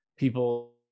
People